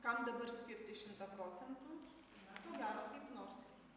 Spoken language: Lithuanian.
kam dabar skirti šimą procentų na ko gero kaip nors